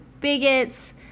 bigots